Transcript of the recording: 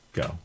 go